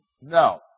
No